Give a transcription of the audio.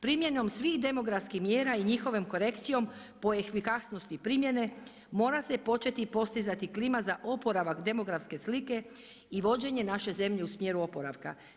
Primjenom svih demografskih mjera i njihovom korekcijom, po efikasnosti primjene, mora se početi postizati klima za oporavak demografske slike i vođenje naše zemlje u smjeru oporavka.